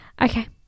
Okay